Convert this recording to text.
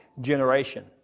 generation